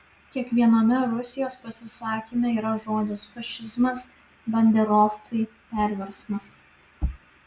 kiekviename rusijos pasisakyme yra žodis fašizmas banderovcai perversmas